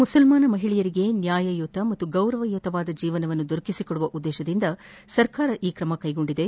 ಮುಸಲ್ನಾನ ಮಹಿಳೆಯರಿಗೆ ನ್ನಾಯ ಮತ್ತು ಗೌರವಯುತವಾದ ಜೀವನವನ್ನು ದೊರಕಿಸಿ ಕೊಡುವ ಉದ್ಲೇತದಿಂದ ಸರ್ಕಾರ ಈ ಕ್ರಮ ಕೈಗೊಂಡಿದೆ